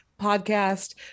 podcast